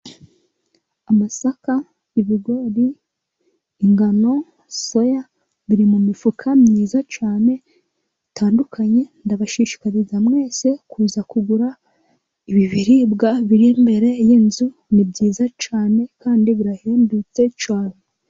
Amasaka, ibigori, ingano, soya biri mu mifuka myiza cyane itandukanye. Ndabashishikariza mwese kuza kugura ibi biribwa biri imbere y'inzu. Ni byiza cyane kandi birahendutse cyane.